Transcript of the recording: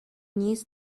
needs